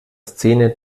szene